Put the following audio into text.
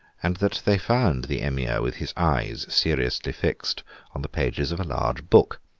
and that they found the emir with his eyes seriously fixed on the pages of a large book,